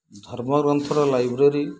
ଧର୍ମ ଗ୍ରନ୍ଥର ଲାଇବ୍ରେରୀ